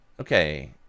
Okay